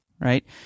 right